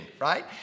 right